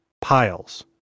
piles